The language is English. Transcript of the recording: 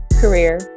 career